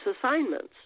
assignments